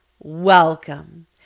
Welcome